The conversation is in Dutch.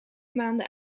maanden